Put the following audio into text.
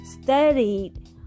studied